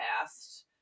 past